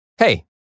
Hey